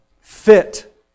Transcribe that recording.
fit